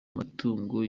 matungo